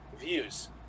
views